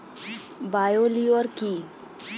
Bio লিওর কি?